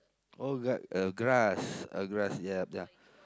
oh ga~ a grass a grass ya ya